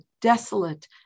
desolate